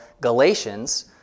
Galatians